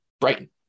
Brighton